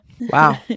Wow